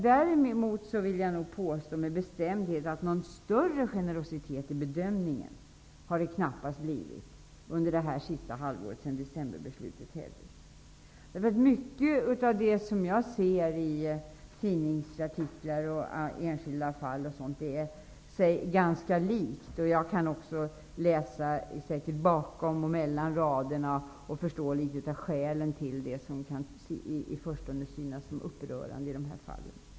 Däremot vill jag med bestämdhet påstå att det knappast blivit någon större generositet i bedömningen under det senaste halvåret sedan decemberbeslutet hävdes. Mycket av det som jag ser i tidningsartiklar om enskilda fall är sig ganska likt. Jag kan också läsa mellan raderna och förstå litet grand av skälen till det som i förstone kan synas som upprörande i dessa fall.